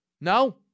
No